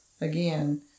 again